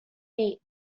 meek